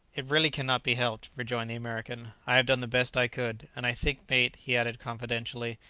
it really cannot be helped, rejoined the american i have done the best i could and i think, mate, he added confidentially,